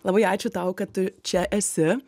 labai ačiū tau kad tu čia esi